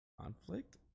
conflict